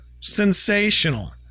sensational